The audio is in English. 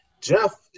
Jeff